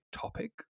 topic